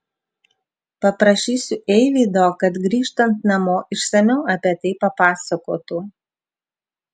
paprašysiu eivydo kad grįžtant namo išsamiau apie tai papasakotų